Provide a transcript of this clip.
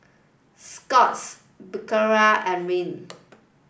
Scott's Berocca and Rene